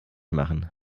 machen